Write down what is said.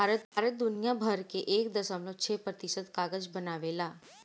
भारत दुनिया भर कअ एक दशमलव छह प्रतिशत कागज बनावेला